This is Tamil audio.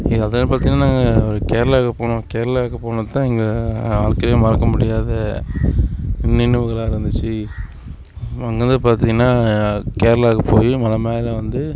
அதாவது பார்த்தீங்கன்னா நாங்கள் கேரளாவுக்குப் போனோம் கேரளாவுக்குப் போனதுதான் எங்கள் வாழ்க்கையிலயே மறக்க முடியாத நினைவுகளாக இருந்துச்சு அங்கருந்து பாத்தீங்கன்னா கேரளாவுக்கு போய் மலை மேலே வந்து